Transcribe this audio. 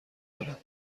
دارم